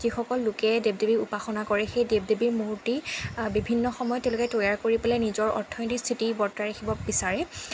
যিসকল লোকে দেৱ দেৱীক উপাসনা কৰে সেই দেৱ দেৱীৰ মূৰ্তি বিভিন্ন সময়ত তেওঁলোকে তৈয়াৰ কৰি পেলাই নিজৰ অৰ্থনৈতিক স্থিতি বৰ্তাই ৰাখিব বিচাৰে আৰু